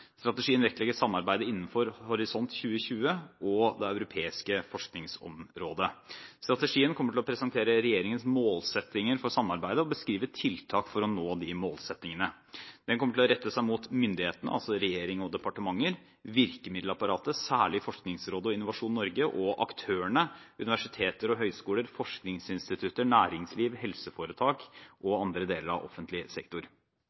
Strategien vektlegger samarbeidet innenfor Horisont 2020 og Det europeiske forskningsområdet. Strategien kommer til å presentere regjeringens målsettinger for samarbeidet og beskrive tiltak for å nå de målsettingene. Den kommer til å rette seg mot myndighetene, altså regjering og departementer, mot virkemiddelapparatet, særlig Forskningsrådet og Innovasjon Norge, og mot aktørene: universiteter og høyskoler, forskningsinstitutter, næringsliv, helseforetak og andre deler av offentlig sektor.